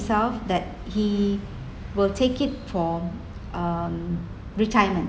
~self that he will take it for retirement